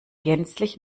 gänzlich